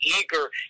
eager